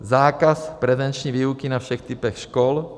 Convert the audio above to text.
zákaz prezenční výuky na všech typech škol,